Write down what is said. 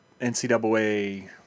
NCAA